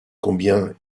combien